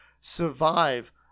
survive